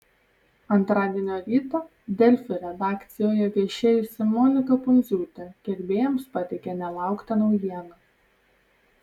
antradienio rytą delfi redakcijoje viešėjusi monika pundziūtė gerbėjams pateikė nelauktą naujieną